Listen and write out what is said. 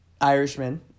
Irishman